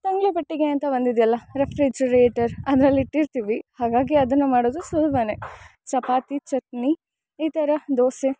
ತಂಗ್ಳು ಪೆಟ್ಟಿಗೆಯಂತ ಒಂದು ಇದೆಯಲ್ಲ ರೆಫ್ರಿಜರೇಟರ್ ಅದ್ರಲ್ಲಿ ಇಟ್ಟಿರ್ತೀವಿ ಹಾಗಾಗಿ ಅದನ್ನು ಮಾಡೋದು ಸುಲಭವೆ ಚಪಾತಿ ಚಟ್ನಿ ಈ ಥರ ದೋಸೆ